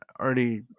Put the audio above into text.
already